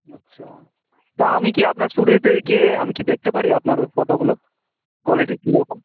আচ্ছা তা আমি কি আপনার স্টুডিওতে গিয়ে আমি কি দেখতে পারি আপনার ও ফটোগুলো কোয়ালিটি কীরকম